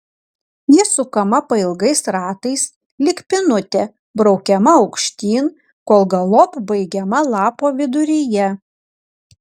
ji sukama pailgais ratais lyg pynutė braukiama aukštyn kol galop baigiama lapo viduryje